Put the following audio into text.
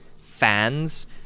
fans